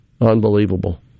Unbelievable